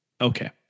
okay